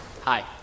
Hi